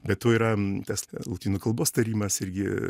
be to yra tas lotynų kalbos tarimas irgi